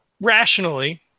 rationally